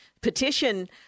petition